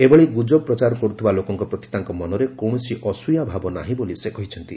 ଏଭଳି ଗୁଜବ ପ୍ରଚାର କରୁଥିବା ଲୋକଙ୍କ ପ୍ରତି ତାଙ୍କ ମନରେ କୌଣସି ଅସ୍ୟୟାଭାବ ନାହିଁ ବୋଲି ସେ କହିଛନ୍ତି